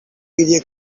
گریه